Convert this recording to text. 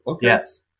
Yes